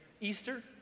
Easter